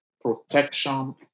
protection